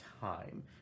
time